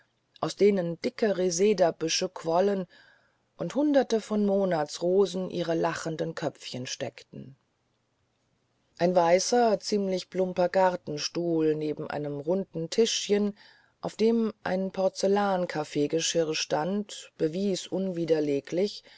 aus denen dicke resedabüsche quollen und hunderte von monatsrosen ihre lachenden köpfchen steckten ein weißer ziemlich plumper gartenstuhl neben einem runden tischchen auf welchem ein porzellankaffeegeschirr stand bewies unwiderleglich